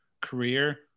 career